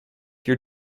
your